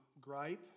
gripe